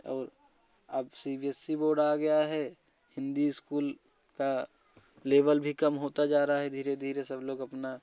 और अब C B S E board आ गया है हिंदी स्कूल का लेवल भी कम होता जा रहा है धीरे धीरे सब लोग अपना